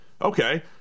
okay